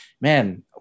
man